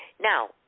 Now